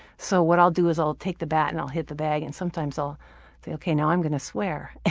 so what i'll do is i'll take the bat and i'll hit the bag and sometimes i'll say okay, now i'm gonna swear.